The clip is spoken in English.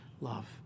love